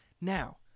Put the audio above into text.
Now